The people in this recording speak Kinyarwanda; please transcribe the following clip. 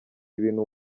ibintu